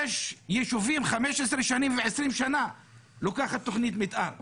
יש יישובים ש-15 שנים ו-20 שנה לוקחת תוכנית מתאר.